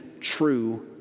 true